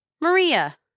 Maria